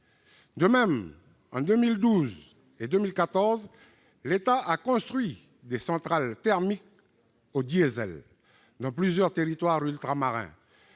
De même, entre 2012 et 2014, l'État a construit des centrales thermiques fonctionnant au diesel dans plusieurs territoires ultramarins,